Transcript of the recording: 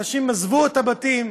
אנשים עזבו את הבתים,